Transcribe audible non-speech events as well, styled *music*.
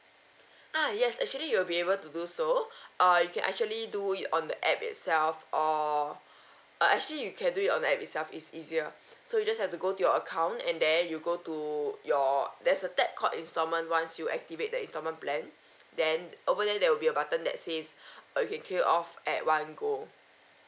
ah yes actually you will be able to do so uh you can actually do it on the app itself or uh actually you can do it on the app itself is easier so you just have to go to your account and then you go to your there's a tab called installment once you activate that installment plan then over there there will be a button that says *breath* you can clear off at one go